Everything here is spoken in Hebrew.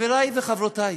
חברי וחברותי,